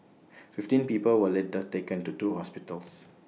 fifteen people were later taken to two hospitals